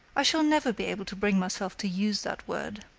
i shall never be able to bring myself to use that word.